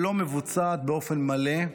לא מבוצעת באופן מלא,